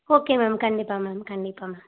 okay ma'am கண்டிப்பாக ma'am கண்டிப்பாக ma'am